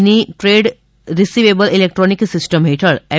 ની trade receivable electronic system હેઠળ એમ